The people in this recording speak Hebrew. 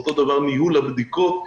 ואותו דבר ניהול הבדיקות.